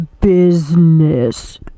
Business